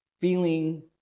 feeling